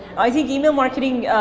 i think email marketing,